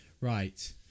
Right